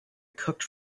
cooked